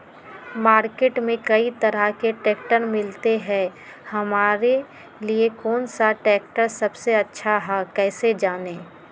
Market में कई तरह के ट्रैक्टर मिलते हैं हमारे लिए कौन सा ट्रैक्टर सबसे अच्छा है कैसे जाने?